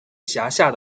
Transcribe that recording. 辖下